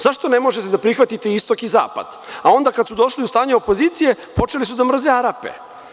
Zašto ne možete da prihvatite istok i zapad, a onda kada su došli u stanje opozicije počeli su da mrze Arape.